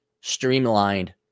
streamlined